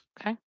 okay